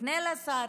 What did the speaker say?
תפנה לשר,